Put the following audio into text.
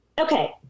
Okay